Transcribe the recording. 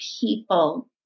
people